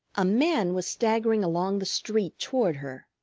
a man was staggering along the street toward her.